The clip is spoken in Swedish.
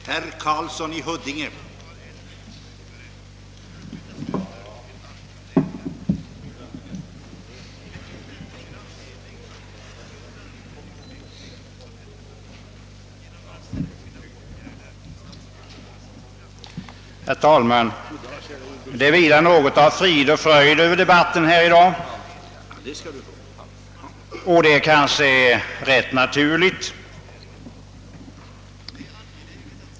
Herr talman! Det vilar något av frid och fröjd över debatten i dag, och det är kanske ganska naturligt.